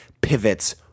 pivots